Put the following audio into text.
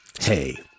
Hey